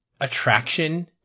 attraction